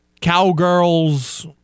Cowgirls